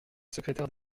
secrétaire